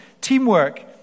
Teamwork